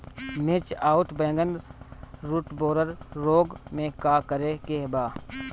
मिर्च आउर बैगन रुटबोरर रोग में का करे के बा?